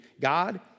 God